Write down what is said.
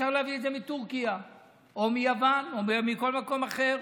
אפשר להביא את זה מטורקיה או מיוון או מכל מקום אחר.